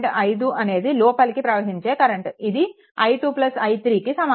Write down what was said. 5 అనేది లోపలి ప్రవహించే కరెంట్ ఇది i2 i3 కి సమానం